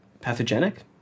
pathogenic